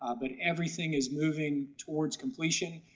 ah but everything is moving towards completion.